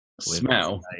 Smell